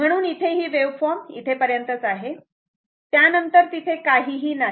म्हणून इथे ही वेव्हफॉर्म इथे पर्यंतच आहे त्यानंतर तिथे काहीही नाही